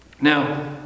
Now